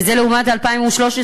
וזה לעומת 2013,